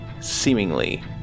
seemingly